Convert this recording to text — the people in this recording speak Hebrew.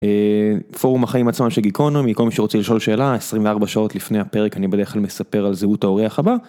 פורום החיים עצמם של גיקונו מיקום שרוצה לשאול שאלה 24 שעות לפני הפרק אני בדרך כלל מספר על זהות האורח הבא.